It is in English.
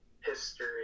history